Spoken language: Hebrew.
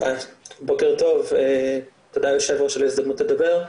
בוקר טוב, תודה היו"ר על ההזדמנות לדבר.